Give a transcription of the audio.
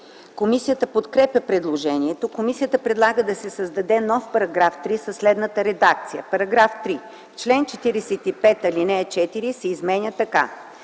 Комисията подкрепя предложението. Комисията предлага да се създаде нов § 3 със следната редакция: „§ 3. В чл. 45, ал. 4 се изменя така: